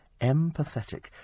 Empathetic